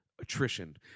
attrition